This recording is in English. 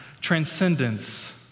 transcendence